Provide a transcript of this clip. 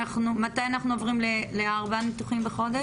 מתי אנחנו עוברים לארבעה ניתוחים בחודש?